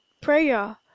prayer